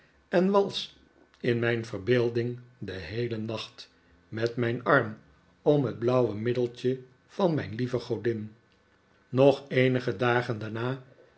en wals in mijn verbeelding den heelen nacht r met mijn arm om het blauwe middeltje van mijn lieve godin nog eenige dagen daarna